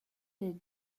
des